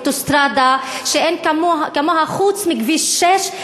אוטוסטרדה שאין כמוה חוץ מכביש 6,